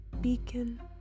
beacon